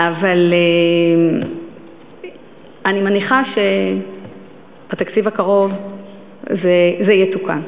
אבל אני מניחה שבתקציב הקרוב זה יתוקן.